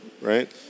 right